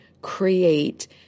create